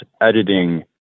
editing